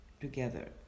together